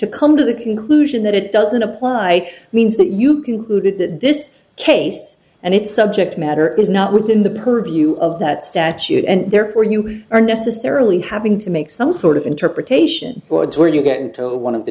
to come to the conclusion that it doesn't apply means that you concluded that this case and its subject matter is not within the purview of that statute and therefore you are necessarily having to make some sort of interpretation boards where you get into one of the